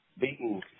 beaten